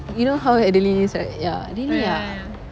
you know how adeline is right ya really ah